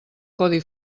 codi